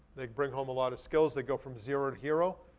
they bring home a lot of skills. they go from zero to hero.